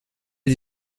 die